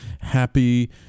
happy